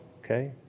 okay